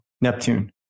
Neptune